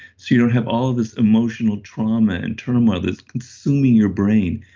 you don't have all this emotional trauma and turmoil that's consuming your brain,